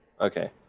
Okay